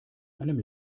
einem